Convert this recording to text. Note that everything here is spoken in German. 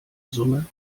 summe